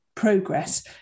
progress